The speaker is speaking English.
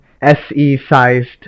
SE-sized